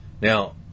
Now